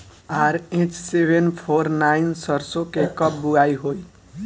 RH seven four nine सरसो के कब बुआई होई?